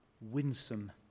winsome